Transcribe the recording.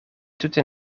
tute